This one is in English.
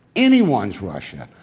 anyone's russia,